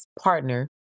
partner